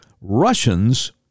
Russians